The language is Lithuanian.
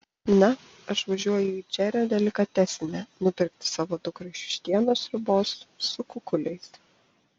na aš važiuoju į džerio delikatesinę nupirkti savo dukrai vištienos sriubos su kukuliais